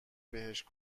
بهش